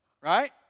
Right